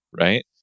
right